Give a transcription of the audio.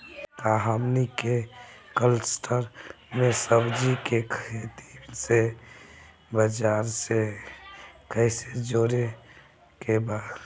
का हमनी के कलस्टर में सब्जी के खेती से बाजार से कैसे जोड़ें के बा?